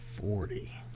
forty